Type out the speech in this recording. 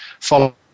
follow